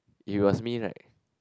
if it was me right